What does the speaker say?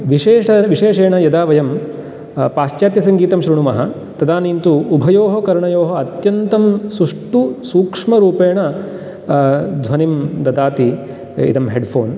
विशेषविशेषेण यदा वयं पाश्चात्यसङ्गीतं शृणुमः तदानीन्तु उभयोः कर्णयोः अत्यन्तं सुष्टुसूक्ष्मरूपेण ध्वनिं ददाति इदं हेड् फ़ोन्